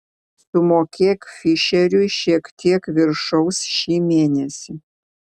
sumokėk fišeriui šiek tiek viršaus šį mėnesį